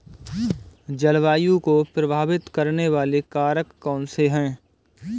जलवायु को प्रभावित करने वाले कारक कौनसे हैं?